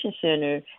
center